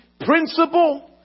principle